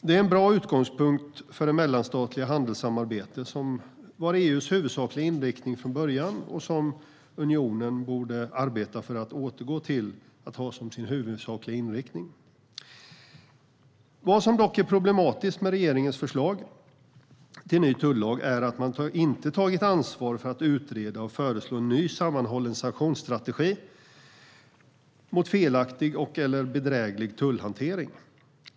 Det är en bra utgångspunkt för det mellanstatliga handelssamarbete som var EU:s huvudsakliga inriktning från början och som unionen borde arbeta för att återgå till att ha som sin huvudsakliga inriktning. Vad som dock är problematiskt med regeringens förslag till ny tullag är att man inte har tagit ansvar för att utreda och föreslå en ny sammanhållen sanktionsstrategi mot felaktig och/eller bedräglig tullhantering.